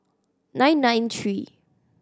nine nine three